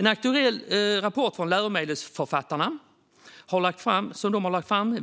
En aktuell rapport från Läromedelsförfattarna